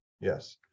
Yes